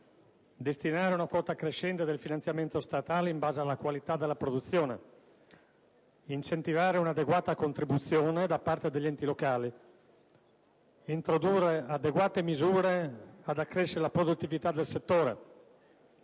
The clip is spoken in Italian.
destinare una quota crescente del finanziamento statale in base alla qualità della produzione; incentivare un'adeguata contribuzione da parte degli enti locali; introdurre adeguate misure per accrescere la produttività del settore;